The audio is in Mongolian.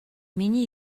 миний